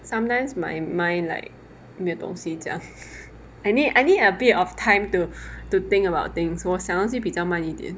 sometimes my mind like 没有东西讲 I need I need a bit of time to think about things 我想东西比较慢一点